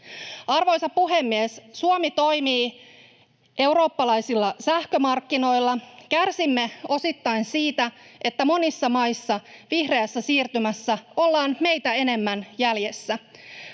Arvoisa puhemies! Suomi toimii eurooppalaisilla sähkömarkkinoilla. Kärsimme osittain siitä, että monissa maissa vihreässä siirtymässä ollaan meitä enemmän jäljessä.